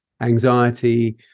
anxiety